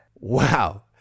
Wow